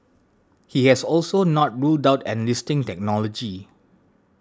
he has also not ruled out enlisting technology